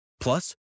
Plus